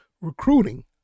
recruiting